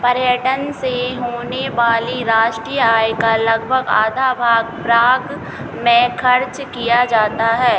पर्यटन से होने वाली राष्ट्रीय आय का लगभग आधा भाग प्राग में खर्च किया जाता है